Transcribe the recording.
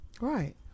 Right